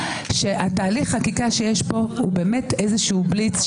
שתהליך החקיקה שיש פה הוא באמת איזשהו בליץ,